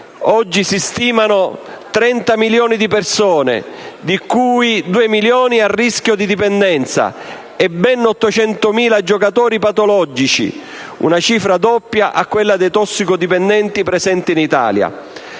giocatori di 30 milioni di persone, di cui 2 milioni a rischio dipendenza e 800.000 giocatori patologici, una cifra doppia a quella dei tossicodipendenti presenti in Italia.